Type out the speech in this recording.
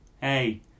hey